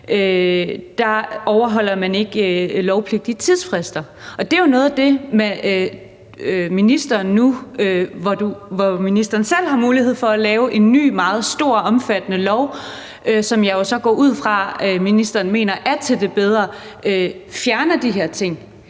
overholder man ikke de lovpligtige tidsfrister. Det er jo der, hvor ministeren nu selv har mulighed for at lave en ny meget stor og omfattende lov, som jeg jo så går ud fra at ministeren mener er til det bedre, og fjerne de her ting.